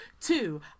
Two